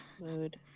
Mood